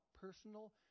personal